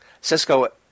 Cisco